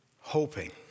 hoping